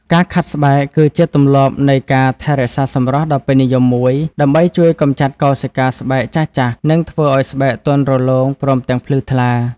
ការខាត់ស្បែកគឺជាទម្លាប់នៃការថែរក្សាសម្រស់ដ៏ពេញនិយមមួយ ដើម្បីជួយកម្ចាត់កោសិកាស្បែកចាស់ៗ និងធ្វើឱ្យស្បែកទន់រលោង ព្រមទាំងភ្លឺថ្លា។